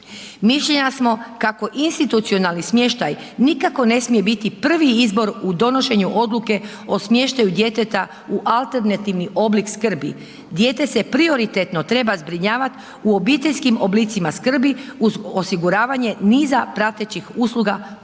Mišljenja smo kako institucionalni smještaj nikako ne smije biti prvi izbor u donošenju odluke o smještaju djeteta u alternativni oblik skrbi. Dijete se prioritetno treba zbrinjavati u obiteljskim oblicima skrbi, uz osiguravanje niza pratećih usluga podrške.